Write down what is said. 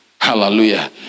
hallelujah